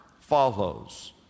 follows